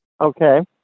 Okay